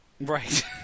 Right